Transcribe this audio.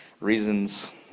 reasons